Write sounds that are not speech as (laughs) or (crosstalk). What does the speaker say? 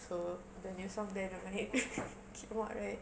so the new song dynamite (laughs) came out right